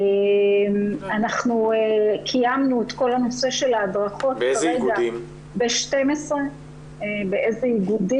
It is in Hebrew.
אנחנו קיימנו את כל הנושא של ההדרכות כרגע ב-12 --- באיזה איגודים?